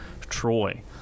Troy